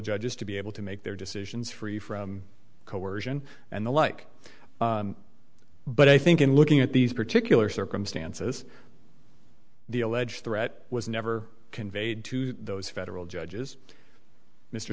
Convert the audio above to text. judges to be able to make their decisions free from coercion and the like but i think in looking at these particular circumstances the alleged threat was never conveyed to those federal judges mr